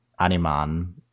animan